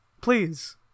Please